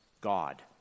God